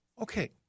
Okay